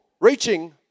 Reaching